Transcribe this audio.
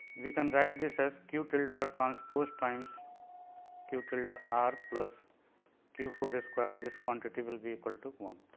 we can write this as q tilde transpose times q tilde ah r plus q four a square this quantity will be equal to one.